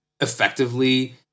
effectively